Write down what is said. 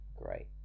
great